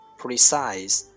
precise